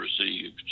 received